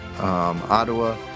Ottawa